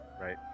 Right